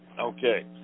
Okay